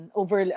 over